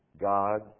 God